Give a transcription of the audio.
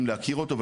רוצים להכיר אותו,